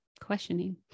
questioning